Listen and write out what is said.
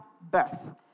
birth